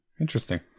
Interesting